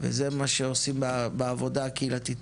וזה מה שעושים בעבודה הקהילתית.